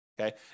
okay